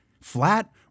Flat